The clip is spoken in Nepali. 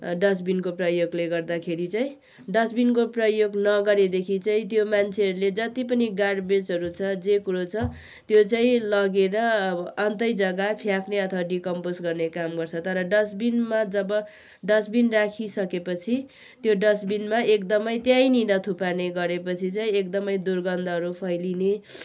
डस्टबिनको प्रयोगले गर्दाखेरि चाहिँ डस्टबिनको प्रयोग नगरेदेखि चाहिँ त्यो मान्छेहरूले जति पनि गार्बेजहरू छ जे कुरो छ त्यो चाहिँ लगेर अब अन्तै जग्गा फ्याँक्ने अथवा डिकम्पोस गर्ने काम गर्छ तर डस्टबिनमा जब डस्टबिन राखिसकेपछि त्यो डस्टबिनमा एकदमै त्यहीँनिर थुपार्ने गरेपिछ चाहिँ एकदमै दुर्गन्धहरू फैलिने